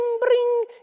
Bring